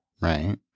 Right